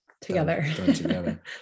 Together